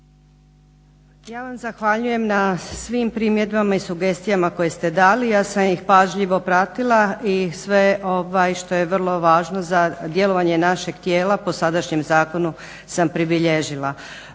Ja vam zahvaljujem na svim primjedbama i sugestijama koje ste dali. Ja sam ih pažljivo pratila i sve što je vrlo važno za djelovanje našeg tijela po sadašnjem zakonu sam pribilježila.